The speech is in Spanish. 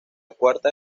cuarta